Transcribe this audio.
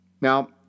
Now